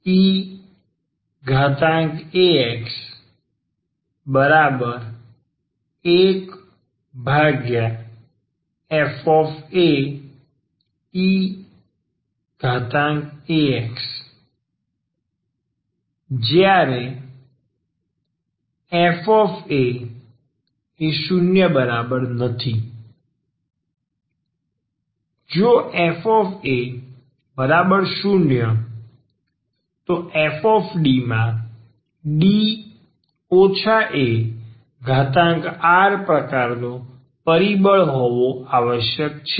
1fDeax1faeax જ્યારે fa≠0 જો fa0 તો f માં D ar પ્રકારનો પરિબળ હોવો આવશ્યક છે